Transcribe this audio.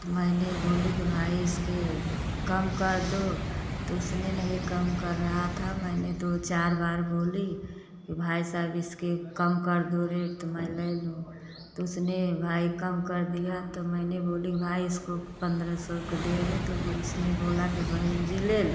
तो मैंने बोली कि भाई इसके कम कर दो तो उसने नहीं कम कर रहा था मैंने दो चार बार बोली कि भाई साब इसके कम कर दो रेट तो मैं ले लूँ तो उसने भाई कम कर दिया तो मैंने बोली कि भाई इसको पन्द्रह सौ का दे दो तो उसने बोला कि बहन जी ले लो